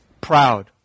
proud